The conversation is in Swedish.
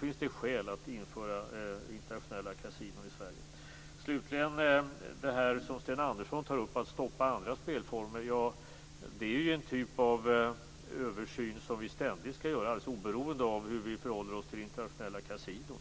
finns det skäl att införa internationella kasinon i Sverige. Sten Andersson tar upp frågan om att stoppa andra spelformer. Det är en typ av översyn som ständigt skall göras alldeles oberoende av hur vi förhåller oss till internationella kasinon.